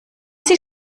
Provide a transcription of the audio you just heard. sie